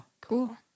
cool